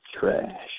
trash